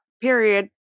period